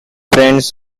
friends